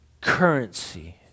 currency